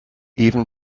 even